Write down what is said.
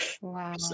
Wow